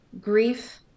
grief